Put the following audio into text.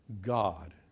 God